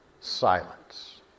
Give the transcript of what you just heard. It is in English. silence